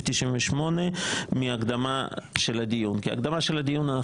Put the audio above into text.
98 מהקדמה של הדיון כי הקדמה של הדיון,